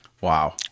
wow